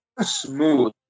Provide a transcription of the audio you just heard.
Smooth